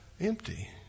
empty